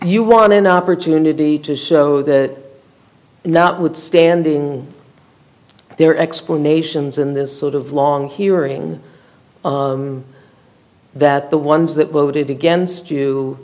you want an opportunity to show that notwithstanding their explanations in this sort of long hearing that the ones that voted against you